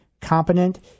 competent